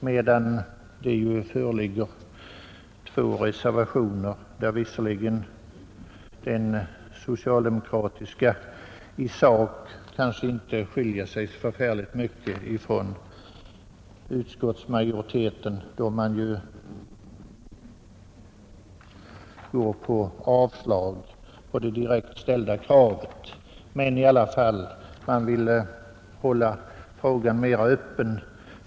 Två reservationer föreligger, och av dessa skiljer sig den socialdemokratiska i sak inte så förfärligt mycket från vad utskottsmajoriteten uttalat. Den går ju ut på avslag på det direkt ställda kravet, men man vill i alla fall hålla frågan öppen.